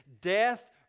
Death